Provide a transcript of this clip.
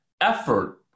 effort